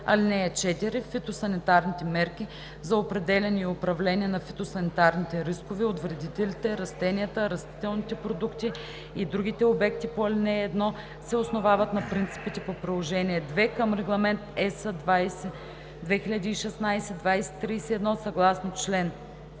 (4) Фитосанитарните мерки за определяне и управление на фитосанитарните рискове от вредителите, растенията, растителните продукти и другите обекти по ал. 1 се основават на принципите по Приложение II към Регламент (EС) 2016/2031, съгласно чл.